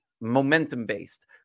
momentum-based